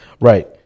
Right